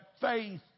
faith